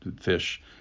fish